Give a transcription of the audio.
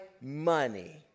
money